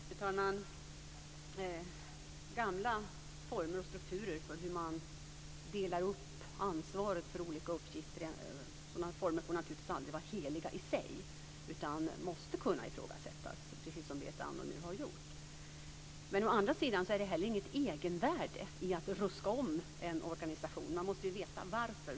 Fru talman! Gamla former och strukturer för hur man delar upp ansvaret för olika uppgifter får å ena sidan naturligtvis aldrig vara heliga i sig, utan måste kunna ifrågasättas, precis som Berit Andnor nu har gjort. Å andra sidan är det heller inget egenvärde i att ruska om en organisation. Man måste ganska precist veta varför.